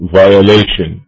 violation